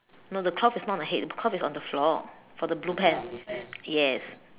no the cloth is not on the head the cloth is on the floor for the blue pants yes